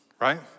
right